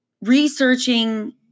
researching